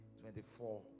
twenty-four